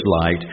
light